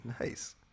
nice